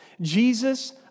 Jesus